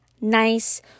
nice